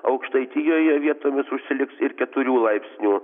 aukštaitijoje vietomis užsiliks ir keturių laipsnių